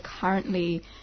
currently